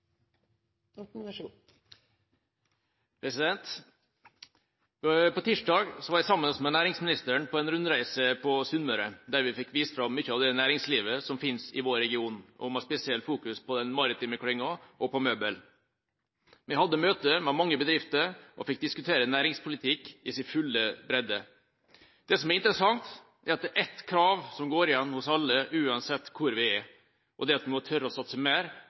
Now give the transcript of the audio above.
å få så rask og effektiv utbygging av veg og bane som mogleg, men me vil ikkje senda ubetalte rekningar til komande generasjonar. På tirsdag var jeg sammen med næringsministeren på en rundreise på Sunnmøre, der vi fikk vist fram mye av det næringslivet som finnes i vår region, med spesiell fokus på den maritime klynga og på møbler. Vi hadde møter med mange bedrifter og fikk diskutere næringspolitikk i sin fulle bredde. Det som er interessant, er at det er ett krav som går igjen hos alle uansett hvor vi er: Vi må tørre å